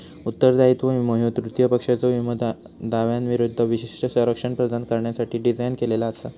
उत्तरदायित्व विमो ह्यो तृतीय पक्षाच्यो विमो दाव्यांविरूद्ध विशिष्ट संरक्षण प्रदान करण्यासाठी डिझाइन केलेला असा